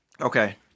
Okay